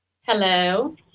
Hello